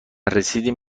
رسیدیم